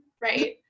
right